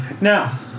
Now